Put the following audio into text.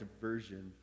version